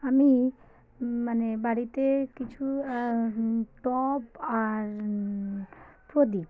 আমি মানে বাড়িতে কিছু টব আর প্রদীপ